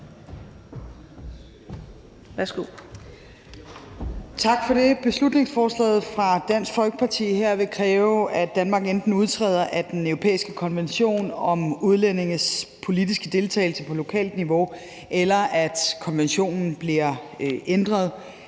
Tak for det. Beslutningsforslaget her fra Dansk Folkeparti vil enten kræve, at Danmark udtræder af den europæiske konvention om udlændinges politiske deltagelse på lokalt niveau, eller at konventionen bliver ændret.